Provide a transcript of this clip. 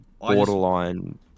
borderline